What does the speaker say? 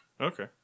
Okay